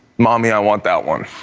mommy, i want that one